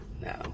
no